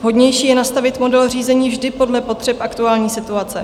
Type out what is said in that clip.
Vhodnější je nastavit model řízení vždy podle potřeb aktuální situace.